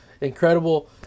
incredible